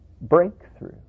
breakthrough